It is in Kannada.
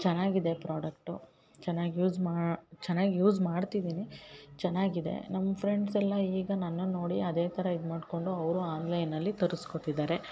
ಚೆನ್ನಾಗಿದೆ ಪ್ರಾಡಕ್ಟು ಚೆನ್ನಾಗಿ ಯೂಸ್ ಮಾ ಚೆನ್ನಾಗಿ ಯೂಸ್ ಮಾಡ್ತಿದೀನಿ ಚೆನ್ನಾಗಿದೆ ನಮ್ಮ ಫ್ರೆಂಡ್ಸ್ ಎಲ್ಲ ಈಗ ನನ್ನನ್ನ ನೋಡಿ ಅದೇ ಥರ ಇದ್ಮಾಡ್ಕೊಂಡು ಅವರು ಆನ್ಲೈನಲ್ಲಿ ತರಸ್ಕೊತಿದ್ದಾರೆ